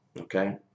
okay